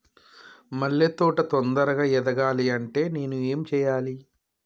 మల్లె తోట తొందరగా ఎదగాలి అంటే నేను ఏం చేయాలి?